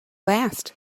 last